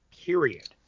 period